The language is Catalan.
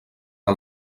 que